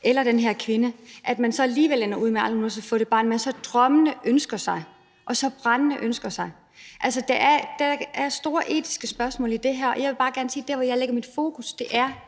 eller den her kvinde, og man så alligevel ender med aldrig nogen sinde at få det barn, man drømmer om og så brændende ønsker sig. Altså, der er store etiske spørgsmål i det her, og jeg vil bare gerne sige, at der, hvor jeg lægger mit fokus, er